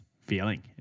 feeling